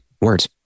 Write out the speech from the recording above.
Words